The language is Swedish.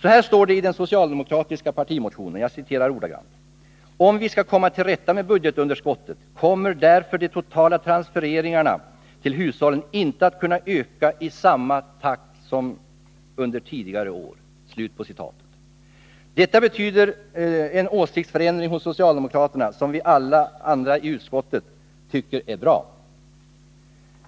Så här står det i den socialdemokratiska partimotionen: ”Om vi skall komma till rätta med budgetunderskottet kommer därför de totala transfereringarna till hushållen inte att kunna öka i samma snabba takt som under tidigare år.” Detta tyder på en åsiktsförändring hos socialdemokraterna, som alla vi andra i utskottet tycker är bra.